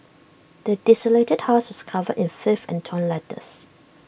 the desolated house was covered in filth and torn letters